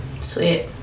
Sweet